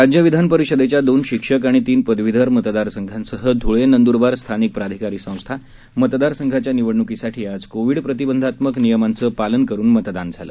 राज्य विधानपरिषदेच्या दोन शिक्षक आणि तीन पदवीधर मतदारसंघांह ध्ळे नंद्रबार स्थानिक प्राधिकारी संस्था मतदारसंघाच्या निवडण्कीसाठी आज कोविड प्रतिबंधात्मक नियमांचं पालन करुन मतदान झालं